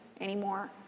anymore